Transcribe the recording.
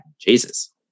Jesus